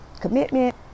Commitment